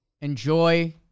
Enjoy